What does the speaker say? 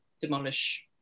demolish